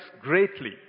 greatly